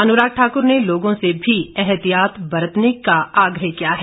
अनुराग ठाकुर ने लोगों से भी एहतियात बरतने का आग्रह किया है